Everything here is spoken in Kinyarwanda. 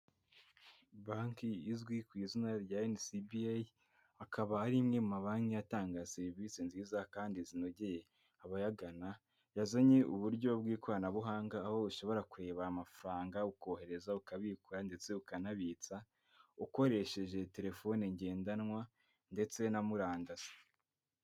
Banki izwi ku izina rya NCBA; akaba ari imwe mu mabanki atanga serivisi nziza kandi zinogeye abayagana, yazanye uburyo bw'ikoranabuhanga aho ushobora kureba amafaranga, ukohereza, ukabika ndetse ukanabitsa ukoresheje telefone ngendanwa ndetse na murandasi.